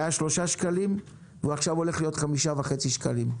שהיה 3 שקלים ועכשיו הולך להיות 5.50 שקלים?